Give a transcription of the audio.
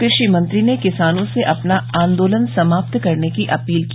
कृषि मंत्री ने किसानों से अपना आंदोलन समाप्त करने की अपील की